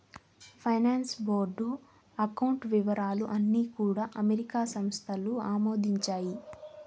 finance board account వివరాలు అన్నీ కూడా అమెరికా సంస్థలు ఆమోదించాయి